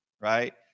right